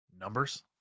Numbers